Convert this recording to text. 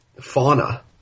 fauna